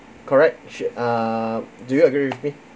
correct should err do you agree with me